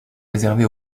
réservé